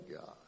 God